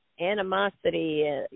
animosity